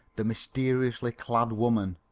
the mysteriously clad woman.